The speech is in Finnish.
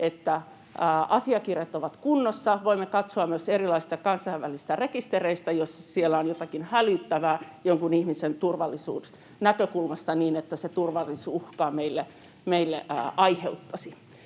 että asiakirjat ovat kunnossa. Voimme katsoa myös erilaisista kansainvälisistä rekistereistä, jos siellä on jotakin hälyttävää jonkun ihmisen turvallisuusnäkökulmasta niin, että se turvallisuusuhkaa meille aiheuttaisi.